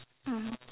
mmhmm